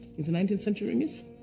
it's nineteenth century myths,